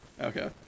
Okay